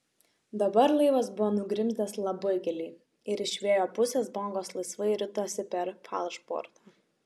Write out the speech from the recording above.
dabar laivas buvo nugrimzdęs labai giliai ir iš vėjo pusės bangos laisvai ritosi per falšbortą